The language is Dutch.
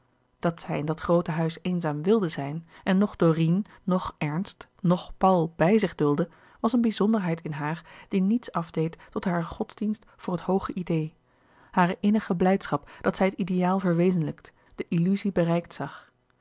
dat zij in dat groote huis eenzaam wilde zijn en noch dorine noch ernst noch paul bij zich duldde was een bizonderheid in haar die niets afdeed tot hare godsdienst voor het hooge idee hare innige blijdschap dat zij het ideaal verwezenlijkt de illuzie bereikt zag